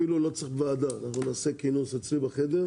אפילו לא צריך ועדה; אנחנו נעשה כינוס, אצלי בחדר,